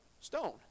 stone